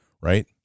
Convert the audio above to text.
right